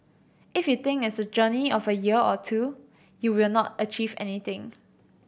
if you think it's a journey of a year or two you will not achieve anything